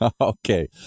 Okay